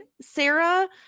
Sarah –